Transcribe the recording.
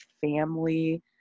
family